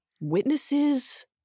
witnesses